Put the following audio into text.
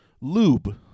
lube